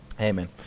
Amen